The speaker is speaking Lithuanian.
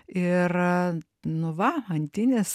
ir nu va antinis